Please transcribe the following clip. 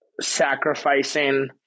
sacrificing